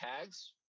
tags